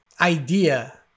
idea